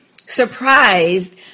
surprised